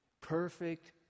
Perfect